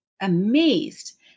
amazed